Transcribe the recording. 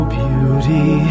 beauty